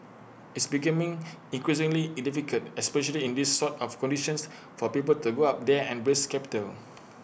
it's becoming increasingly in difficult especially in these sort of conditions for people to go up there and raise capital